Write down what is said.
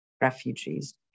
refugees